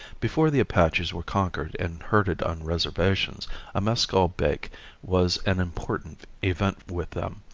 before the apaches were conquered and herded on reservations a mescal bake was an important event with them.